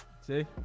See